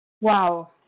wow